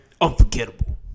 Unforgettable